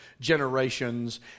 generations